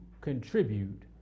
contribute